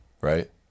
Right